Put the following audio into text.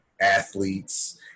athletes